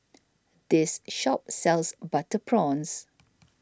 this shop sells Butter Prawns